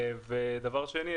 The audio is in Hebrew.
ודבר שני,